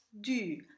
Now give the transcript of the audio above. du